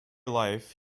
life